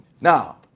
Now